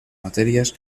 materias